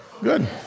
Good